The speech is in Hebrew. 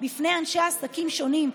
לאנשי עסקים שונים,